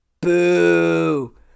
Boo